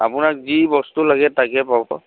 আপোনাক যি বস্তু লাগে তাকে পাব